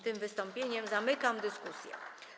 Tym wystąpieniem zamykam dyskusję.